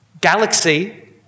galaxy